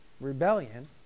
rebellion